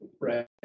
Right